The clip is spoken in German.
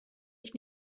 ich